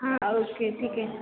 हां ओके ठीक आहे